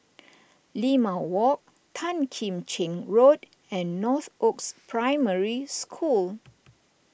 Limau Walk Tan Kim Cheng Road and Northoaks Primary School